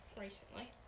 recently